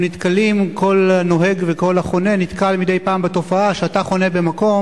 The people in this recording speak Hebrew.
כל הנוהג וכל החונה נתקל מדי פעם בתופעה שאתה חונה במקום